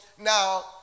now